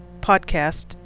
podcast